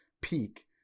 peak